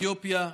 אתיופיה,